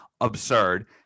absurd